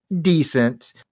decent